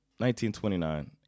1929